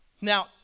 Now